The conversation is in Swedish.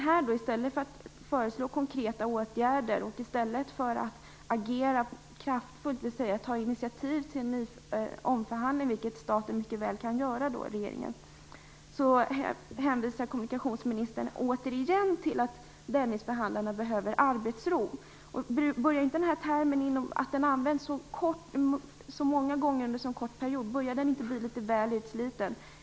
I stället för att föreslå konkreta åtgärder och agera kraftfullt - dvs. ta initiativ till en omförhandling, vilket regeringen mycket väl kan göra - hänvisar kommunikationsministern återigen till att Dennisförhandlarna behöver arbetsro. Börjar termen inte bli litet väl utsliten? Den har använts så många gånger under en så kort period.